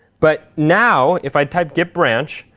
but now, if i type git branch,